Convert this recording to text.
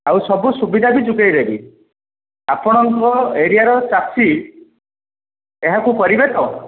ଆଉ ସବୁ ସୁବିଧା ବି ଯୋଗାଇଦେବି ଆପଣଙ୍କ ଏରିଆର ଚାଷୀ ଏହାକୁ କରିବେ ତ